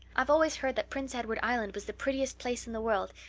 i've always heard that prince edward island was the prettiest place in the world,